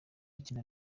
kina